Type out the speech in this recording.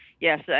yes